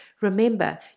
Remember